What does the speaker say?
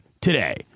today